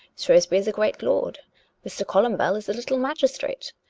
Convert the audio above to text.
shrewsbury is a great lord mr. columbell is a little magis trate.